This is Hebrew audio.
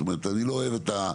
זאת אומרת, אני לא אוהב את זה.